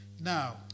Now